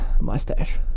Mustache